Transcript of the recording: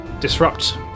disrupt